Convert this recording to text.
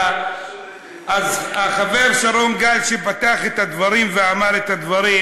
אז החבר שרון גל פתח את הדברים ואמר את הדברים,